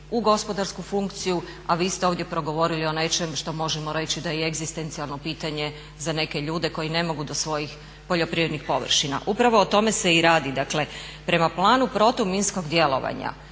u gospodarsku funkciju, a vi ste ovdje progovorili o nečemu što možemo reći da je egzistencijalno pitanje za neke ljude koji ne mogu do svojih poljoprivrednih površina. Upravo o tome se i radi, dakle prema planu protuminskog djelovanja